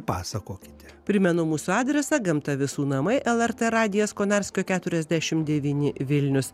pasakokite primenu mūsų adresą gamta visų namai lrt radijas konarskio keturiasdešimt devyni vilnius